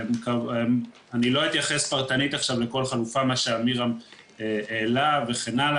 אני לא אתייחס פרטנית לכל חלופה מה שעמירם העלה וכן הלאה,